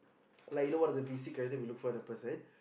like you don't wanna the basic rather we look for the person